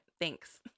thanks